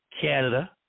Canada